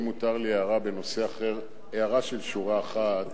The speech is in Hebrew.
אם מותר לי הערה של שורה אחת